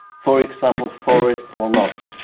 for example, forest or not.